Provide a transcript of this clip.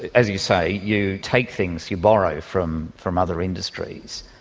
as you say, you take things, you borrow from from other industries,